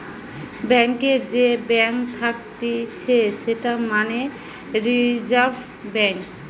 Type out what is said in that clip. ব্যাংকারের যে ব্যাঙ্ক থাকতিছে সেটা মানে রিজার্ভ ব্যাঙ্ক